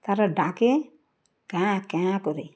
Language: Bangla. তারা ডাকে ক্যাঁ ক্যাঁ করে